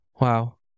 Wow